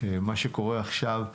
מה שקורה עכשיו.